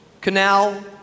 canal